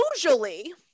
Usually